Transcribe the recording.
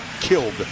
killed